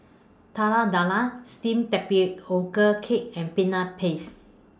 Telur Dadah Steamed Tapioca Cake and Peanut Paste